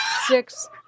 Six